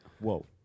Whoa